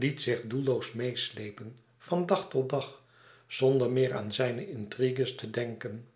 liet zich doelloos meêsleepen van dag op dag zonder meer aan zijne intriges te denken